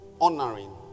honoring